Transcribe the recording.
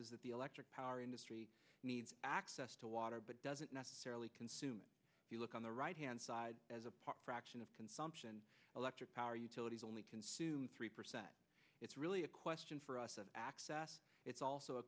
is that the electric power industry needs access to water but doesn't necessarily consume if you look on the right hand side as a part fraction of consumption electric power utilities only consume three percent it's really a question for us of access it's also a